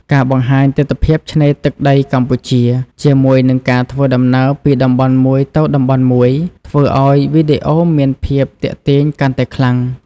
ការបង្ហាញទិដ្ឋភាពឆ្នេរទឹកដីកម្ពុជា ជាមួយនឹងការធ្វើដំណើរពីតំបន់មួយទៅតំបន់មួយ ធ្វើឲ្យវីដេអូមានភាពទាក់ទាញកាន់តែខ្លាំង។